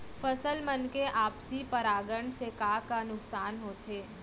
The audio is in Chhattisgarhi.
फसल मन के आपसी परागण से का का नुकसान होथे?